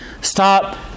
Stop